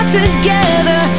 together